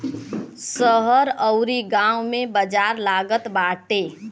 शहर अउरी गांव में बाजार लागत बाटे